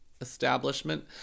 establishment